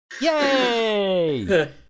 Yay